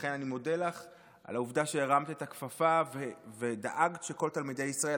לכן אני מודה לך על העובדה שהרמת את הכפפה ודאגת שכל תלמידי ישראל,